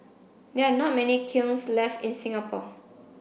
there are not many kilns left in Singapore